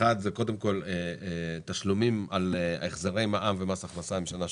תשלומים על החזרי מע"מ ומס הכנסה משנה שעברה,